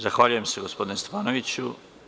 Zahvaljujem se, gospodine Stefanoviću.